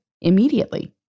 immediately